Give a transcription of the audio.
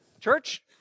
church